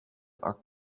are